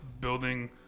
building